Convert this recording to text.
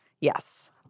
Yes